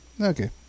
okay